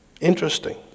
Interesting